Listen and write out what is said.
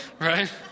Right